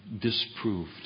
disproved